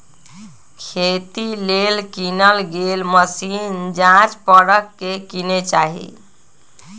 खेती लेल किनल गेल मशीन जाच परख के किने चाहि